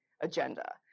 agenda